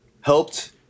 helped